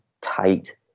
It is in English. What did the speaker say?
tight